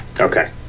Okay